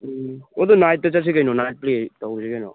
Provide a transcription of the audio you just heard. ꯎꯝ ꯍꯣ ꯑꯗꯣ ꯅꯥꯏꯠꯇ ꯆꯠꯁꯦ ꯀꯩꯅꯣ ꯅꯥꯏꯠ ꯄ꯭ꯂꯦ ꯇꯧꯔꯨꯁꯤ ꯀꯩꯅꯣ